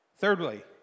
thirdly